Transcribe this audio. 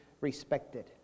respected